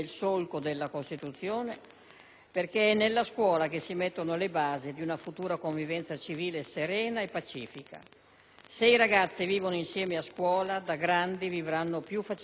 perché è nella scuola che si mettono le basi di una futura convivenza civile serena e pacifica. Se i ragazzi vivono insieme a scuola, da grandi vivranno più facilmente insieme nella vita.